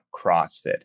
CrossFit